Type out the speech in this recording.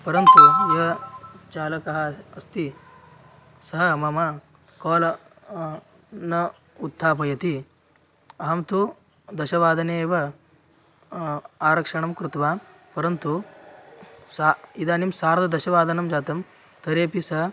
परन्तु चालकः अस्ति सः मम काल न उत्थापयति अहं तु दशवादने एव आरक्षणं कृतवान् परन्तु सः इदानीं सार्धदशवादनं जातं तर्हिपि स